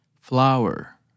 Flower